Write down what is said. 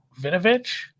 Vinovich